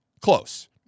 Close